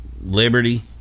Liberty